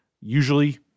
usually